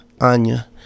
Anya